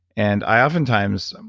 and i oftentimes. um